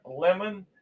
lemon